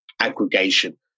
aggregation